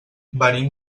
venim